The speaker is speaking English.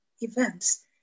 events